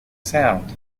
sound